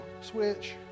switch